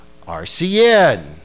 RCN